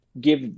give